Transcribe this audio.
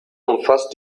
umfasst